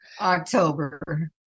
October